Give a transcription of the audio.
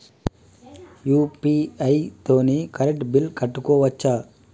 UPI తోని current bill కట్టుకోవచ్ఛా?